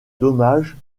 dommages